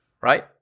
right